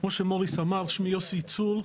כמו שמוריס אמר, שמי יוסי צור.